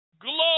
Glory